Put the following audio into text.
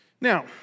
Now